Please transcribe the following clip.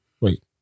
Wait